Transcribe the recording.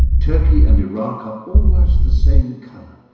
turkey and iraq are almost the same colour.